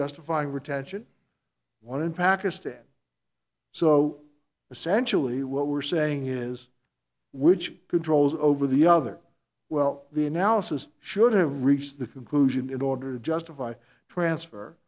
justifying retention one in pakistan so essentially what we're saying is which controls over the other well the analysis should have reached the conclusion in order to justify transfer